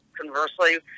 conversely